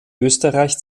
österreich